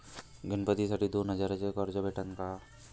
गणपतीसाठी दोन हजाराचे कर्ज भेटन का?